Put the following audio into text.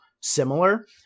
similar